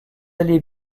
allez